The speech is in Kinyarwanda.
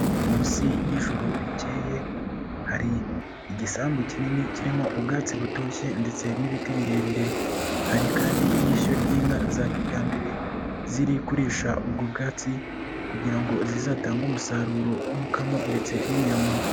Munsi y'ijuru ricyeye hari igisambu kinini kirimo ubwatsi butoshye ndetse n'ibiti birebire, hari kandi n'ishyo ry'inka ziri kuririsha ubwo bwatsi kugira ngo zizatange umusaruro, umukamo ndetse n'inyama.